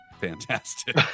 fantastic